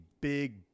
big